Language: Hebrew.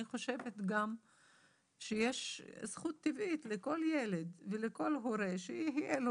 אני חושבת גם שיש זכות טבעית לכל ילד ולכל הורה שיהיה לו